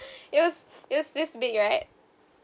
it was it was this big right